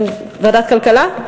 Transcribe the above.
ועדת כלכלה?